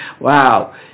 Wow